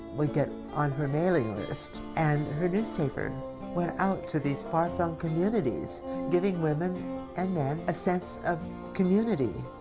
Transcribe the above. would get on her mailing list, and her newspaper went out to these far flung communities giving women and men a sense of community,